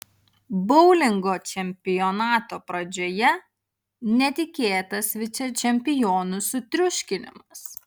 boulingo čempionato pradžioje netikėtas vicečempionų sutriuškinimas